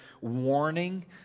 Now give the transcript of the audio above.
warning